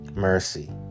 Mercy